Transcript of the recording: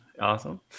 awesome